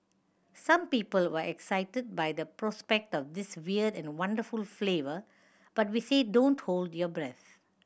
some people were excited by the prospect of this weird and wonderful flavour but we say don't hold your breath